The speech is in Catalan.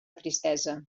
tristesa